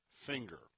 finger